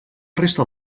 resta